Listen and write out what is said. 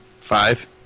Five